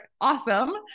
awesome